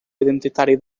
identitari